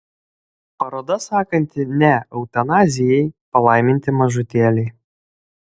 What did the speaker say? paroda sakanti ne eutanazijai palaiminti mažutėliai